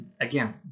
Again